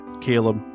caleb